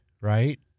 right